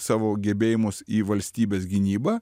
savo gebėjimus į valstybės gynybą